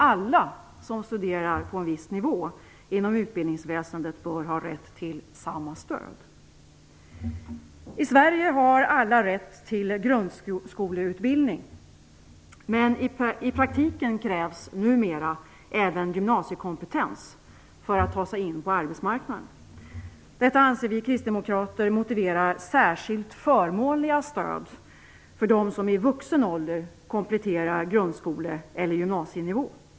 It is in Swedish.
Alla som studerar på en viss nivå inom utbildningsväsendet bör ha rätt till samma stöd. I Sverige har alla rätt till grundskoleutbildning, men i praktiken krävs numera även gymnasiekompetens för att ta sig in på arbetsmarknaden. Detta anser vi kristdemokrater motiverar särskilt förmånliga stöd för dem som i vuxen ålder kompletterar grundskoleeller gymnasienivå.